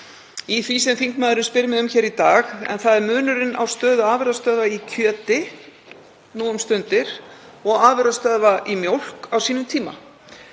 í því sem þingmaðurinn spyr mig um hér í dag. En það er munurinn á stöðu afurðastöðva í kjöti nú um stundir og afurðastöðva í mjólk á sínum tíma.